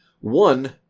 One